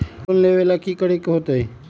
Loan लेवेला की करेके होतई?